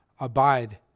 Abide